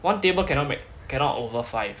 one table cannot mac~ cannot over five